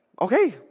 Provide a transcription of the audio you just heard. okay